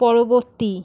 পরবর্তী